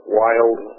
wild